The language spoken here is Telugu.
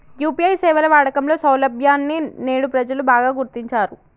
యూ.పీ.ఐ సేవల వాడకంలో సౌలభ్యాన్ని నేడు ప్రజలు బాగా గుర్తించారు